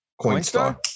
Coinstar